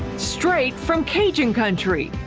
straight from cajun country,